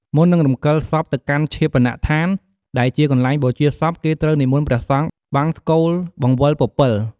មុននឹងរំកិលសពទៅកាន់ឈាបនដ្ឋាន ដែលជាកន្លែងបូជាសព គេត្រូវនិមន្តព្រះសង្ឃ បង្សកូលបង្វិលពពិល។